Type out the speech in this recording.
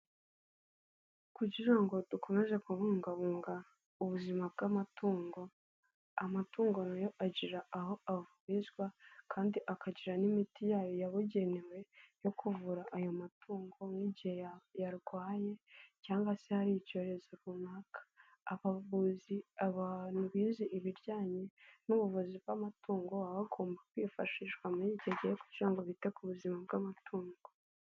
Kugira ngo dukomeze kubungabunga ubuzima bw'amatungo, amatungo na yo agira aho avurizwa kandi akagira n'imiti yayo yabugenewe yo kuvura ayo matungo nk'igihe yarwaye cyangwa se hari icyorezo runaka, abavuzi abantu bize ibijyanye n'ubuvuzi bw'amatungo baba bagomba kwifashishwa muri icyo gihe kugira ngo bite ku buzima bw'amatungo.